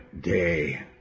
day